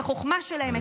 את החוכמה שלהם,